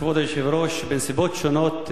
כבוד היושב-ראש, בנסיבות שונות דנו,